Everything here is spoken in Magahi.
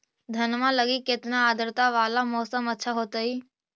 धनमा लगी केतना आद्रता वाला मौसम अच्छा होतई?